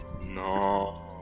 No